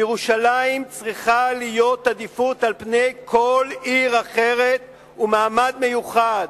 לירושלים צריכה להיות עדיפות על פני כל עיר אחרת ומעמד מיוחד.